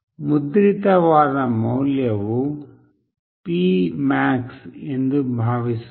ಮುದ್ರಿತವಾದ ಮೌಲ್ಯವು P max ಎಂದು ಭಾವಿಸೋಣ